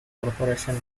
corporation